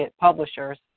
publishers